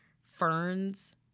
Ferns